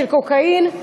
של קוקאין,